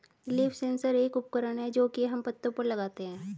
leaf sensor एक उपकरण है जो की हम पत्तो पर लगाते है